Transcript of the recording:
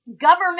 government